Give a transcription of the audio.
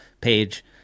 page